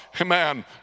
Amen